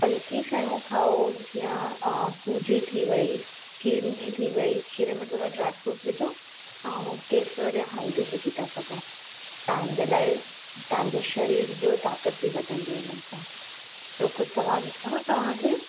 हल्की शयूं खाओ कुझु या अ सूजी थी वई खीरनी थी वई खीर में थोरो ड्राइ फ्रूट विझो ऐं केसर या हल्दी विझी था सघो तव्हांजे लाइ तव्हांजे शरीर जो ताकति ई वधंदी हुननि सां ॿियो कुझु सवाल अथव तव्हांखे